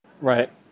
Right